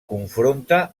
confronta